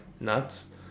nuts